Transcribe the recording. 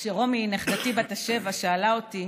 כשרומי, נכדתי בת השבע, שאלה אותי